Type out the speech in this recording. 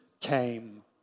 came